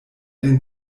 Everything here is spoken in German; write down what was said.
den